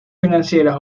financieras